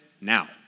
now